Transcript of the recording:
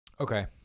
Okay